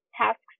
tasks